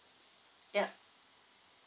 yup